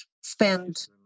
spend